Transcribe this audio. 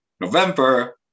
November